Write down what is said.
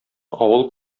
авыл